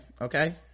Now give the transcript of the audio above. okay